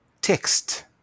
text